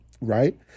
right